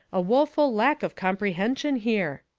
a woeful lack of comprehension here!